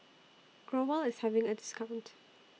Growell IS having A discount